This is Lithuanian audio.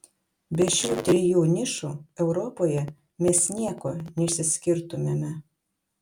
be šių trijų nišų europoje mes nieko neišsiskirtumėme